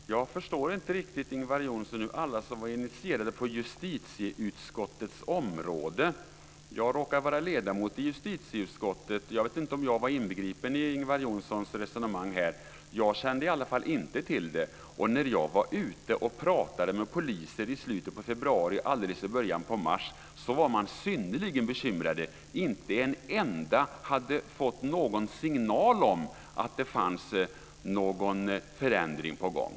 Fru talman! Jag förstår inte riktigt vad Ingvar Johnsson menar med alla som var initierade på justitieutskottets område. Jag råkar vara ledamot i justitieutskottet. Jag vet inte om jag var inbegripen i Ingvar Johnssons resonemang. Jag kände i alla fall inte till det. Och när jag var ute och pratade med poliser i slutet av februari och alldeles i början av mars var man synnerligen bekymrad. Inte en enda hade fått någon signal om att det var någon förändring på gång.